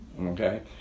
Okay